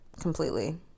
completely